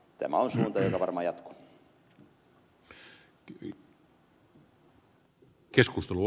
tämä on suunta joka varmaan jatkuu